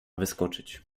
wyskoczyć